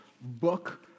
book